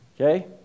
Okay